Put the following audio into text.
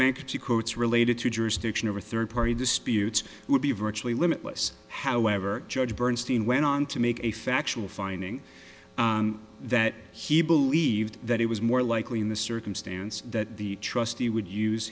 bankruptcy courts related to jurisdiction over third party disputes would be virtually limitless however judge bernstein went on to make a factual finding that he believed that it was more likely in the circumstance that the trustee would use